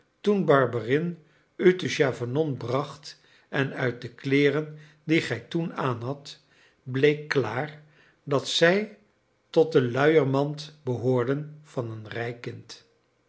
toen barberin u te chavanon bracht en uit de kleeren die gij toen aanhadt bleek klaar dat zij tot de luiermand behoorden van een rijk kind